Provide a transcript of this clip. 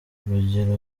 urugero